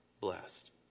blessed